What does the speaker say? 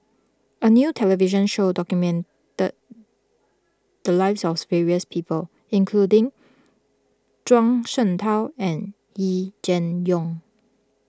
a new television show documented the lives of various people including Zhuang Shengtao and Yee Jenn Jong